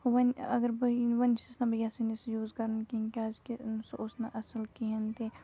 وۄنۍ اگر بہٕ یہِ وۄنۍ چھَس نہٕ بہٕ یَژھٲنی سُہ یوٗز کَرُن کِہیٖنۍ کیٛازِکہِ سُہ اوس نہٕ اَصٕل کِہیٖنۍ تہِ